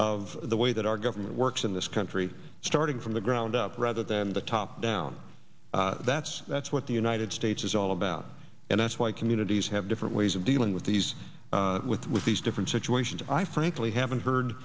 of the way that our government works in this country starting from the ground up rather than the top down that's that's what the united states is all about and that's why communities have different ways of dealing with these with these different situations i frankly haven't heard